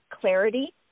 clarity